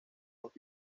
dos